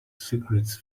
cigarettes